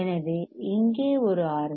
எனவே இங்கே ஒரு ஆர்